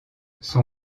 son